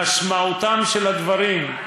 משמעותם של הדברים,